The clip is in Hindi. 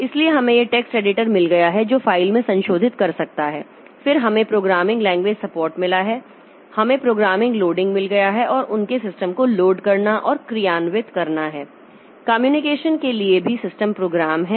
इसलिए हमें यह टेक्स्ट एडिटर मिल गया है जो फाइल में संशोधन कर सकता है फिर हमें प्रोग्रामिंग लैंग्वेज सपोर्ट मिला है हमें प्रोग्राम लोडिंग मिल गया है और उनके सिस्टम को लोड करना और क्रियान्वित करना है कम्युनिकेशन के लिए भी सिस्टम प्रोग्राम हैं